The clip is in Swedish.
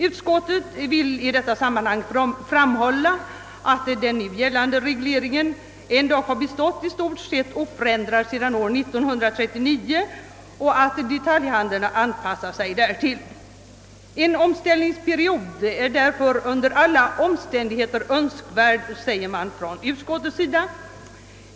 Utskottet vill i detta sammanhang framhålla, att den nu gällande regleringen ändå har bestått i stort sett oförändrad sedan år 1939 och att detaljhandeln har anpassat sig därtill. En omställningsperiod är därför under alla omständigheter enligt vad utskottet uttalar önskvärd.